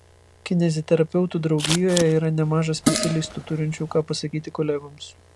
kineziterapeutų draugijoje yra nemaža specialistų turinčių ką pasakyti kolegoms